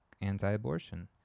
anti-abortion